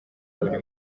buri